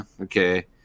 okay